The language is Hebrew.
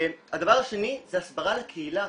הדבר השני זה הסברה לקהילה.